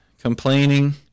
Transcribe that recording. complaining